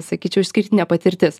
sakyčiau išskirtinė patirtis